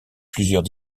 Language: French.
plusieurs